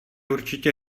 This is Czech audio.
určitě